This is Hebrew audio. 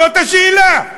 זאת השאלה.